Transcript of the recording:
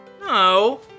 No